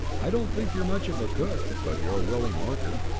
i don't think you're much of a cook, but you're a willing worker.